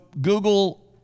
Google